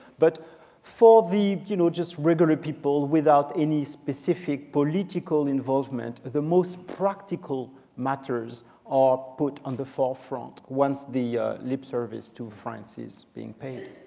but for the, the, you know, just regular people without any specific political involvement, the most practical matters are put on the forefront once the lip service to france is being paid.